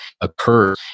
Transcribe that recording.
occur